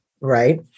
Right